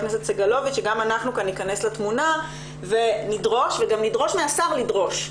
סגלוביץ' שגם אנחנו ניכנס לתמונה ונדרוש וגם נדרוש מהשר לדרוש.